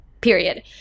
Period